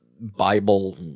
Bible